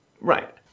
Right